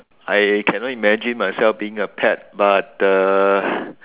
I cannot imagine myself being a pet but uh